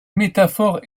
métaphore